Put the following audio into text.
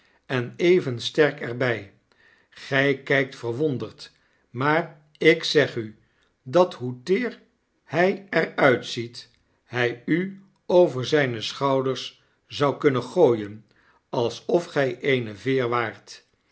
en even sterk er by gij kykt verwonderd maar ik zeg u dat hoe teer hy er uitziet hy u over zijne schouders zou kunnen gooien alsof gy eene veer waart